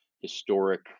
historic